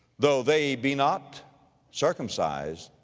though they be not circumcised,